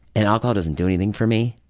and alcohol doesn't do anything for me